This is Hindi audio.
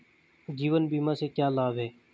जीवन बीमा से क्या लाभ हैं?